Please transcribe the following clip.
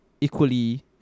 Equally